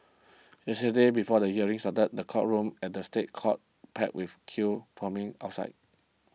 yesterday before the hearing started the courtroom at the State Courts packed with queue forming outside